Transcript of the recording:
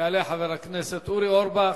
יעלה חבר הכנסת אורי אורבך,